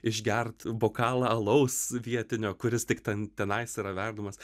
išgert bokalą alaus vietinio kuris tik ten tenais yra verdamas